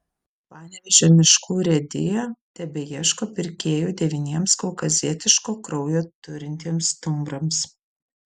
panevėžio miškų urėdija tebeieško pirkėjų devyniems kaukazietiško kraujo turintiems stumbrams